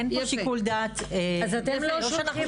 אין פה שיקול דעת --- אז אתם לא שולחים